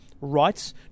rights